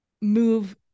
move